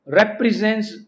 represents